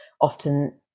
often